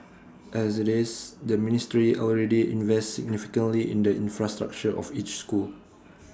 as IT is the ministry already invests significantly in the infrastructure of each school